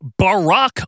Barack